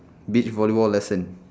beach volleyball lesson